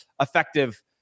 effective